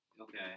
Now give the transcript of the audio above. Okay